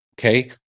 Okay